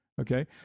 Okay